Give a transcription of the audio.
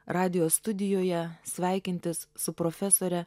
radijo studijoje sveikintis su profesore